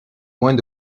moins